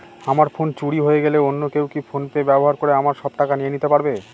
আমার ফোন চুরি হয়ে গেলে অন্য কেউ কি ফোন পে ব্যবহার করে আমার সব টাকা নিয়ে নিতে পারবে?